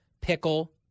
pickle